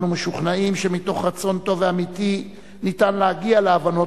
אנו משוכנעים שמתוך רצון טוב ואמיתי אפשר להגיע להבנות